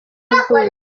yavutse